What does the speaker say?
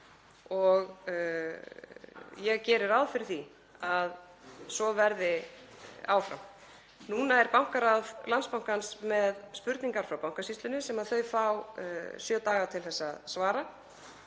og ég geri ráð fyrir því að svo verði áfram. Núna er bankaráð Landsbankans með spurningar frá Bankasýslunni sem þau fá sjö daga til að svara.